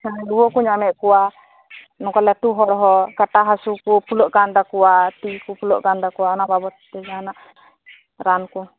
ᱨᱩᱭᱟᱹ ᱠᱩ ᱧᱟᱢᱮᱫ ᱠᱚᱣᱟ ᱱᱚᱝᱠᱟ ᱞᱟᱹᱴᱩ ᱦᱚᱲ ᱦᱚᱸ ᱠᱟᱴᱟ ᱦᱟᱥᱩ ᱠᱚ ᱯᱷᱩᱞᱟᱹᱜ ᱠᱟᱱ ᱛᱟᱠᱚᱣᱟ ᱛᱤ ᱠᱚ ᱯᱷᱩᱞᱟᱹᱜ ᱠᱟᱱ ᱛᱟᱠᱚᱣᱟ ᱚᱱᱟ ᱵᱟᱵᱚᱛ ᱴᱮ ᱡᱟᱦᱟᱱᱟᱜ ᱨᱟᱱ ᱠᱚ